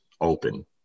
open